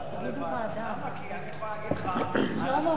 למה, כי אני יכול להגיד לך שעשרות, שלמה, ועדה.